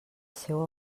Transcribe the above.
seua